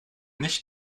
nicht